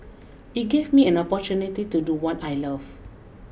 it gave me an opportunity to do what I love